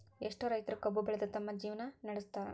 ಎಷ್ಟೋ ರೈತರು ಕಬ್ಬು ಬೆಳದ ತಮ್ಮ ಜೇವ್ನಾ ನಡ್ಸತಾರ